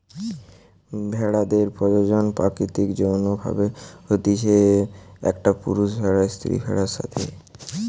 ভেড়াদের প্রজনন প্রাকৃতিক যৌন্য ভাবে হতিছে, একটা পুরুষ ভেড়ার স্ত্রী ভেড়াদের সাথে